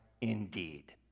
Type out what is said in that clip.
indeed